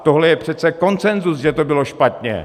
Tohle je přece konsenzus, že to bylo špatně.